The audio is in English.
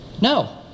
No